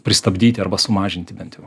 pristabdyti arba sumažinti bent jau